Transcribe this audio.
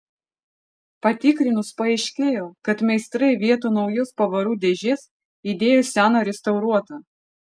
patikrinus paaiškėjo kad meistrai vietoj naujos pavarų dėžės įdėjo seną restauruotą